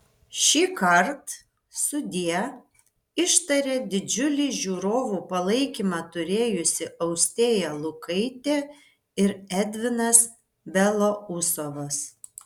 šįkart sudie ištarė didžiulį žiūrovų palaikymą turėjusi austėja lukaitė ir edvinas belousovas